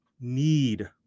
need